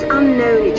unknown